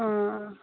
अँ